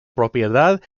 propiedad